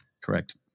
Correct